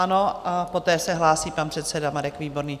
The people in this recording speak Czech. Ano, poté se hlásí pan předseda Marek Výborný.